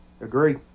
Agree